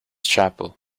chapel